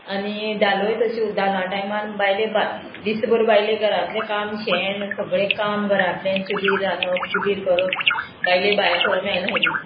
आनी धालोय तशें धाला टायमार बायले बाय दीस भर बायले घरांतले काम शेण सगळें काम घरांतले चुलीर रांदप चुलीर करप बायले भायर सोरो मेळना आयली